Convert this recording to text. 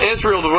Israel